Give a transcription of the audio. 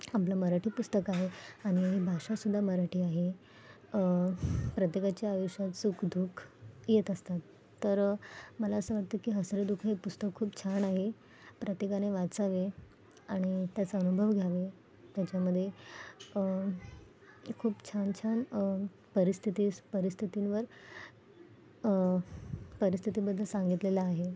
आपलं मराठी पुस्तक आहे आणि भाषासुद्धा मराठी आहे प्रत्येकाच्या आयुष्यात सुखदु ख येत असतात तर मला असं वाटतं की हसरे दुःख हे पुस्तक खूप छान आहे प्रत्येकाने वाचावे आणि त्याचा अनुभव घ्यावे त्याच्यामध्ये खूप छानछान परिस्थितीस परिस्थितींवर परिस्थितीबद्दल सांगितलेलं आहे